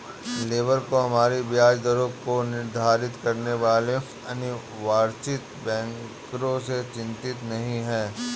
labour को हमारी ब्याज दरों को निर्धारित करने वाले अनिर्वाचित बैंकरों से चिंतित नहीं है